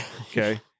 Okay